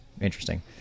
interesting